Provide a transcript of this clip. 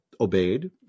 obeyed